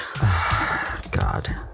God